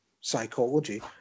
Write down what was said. psychology